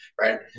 right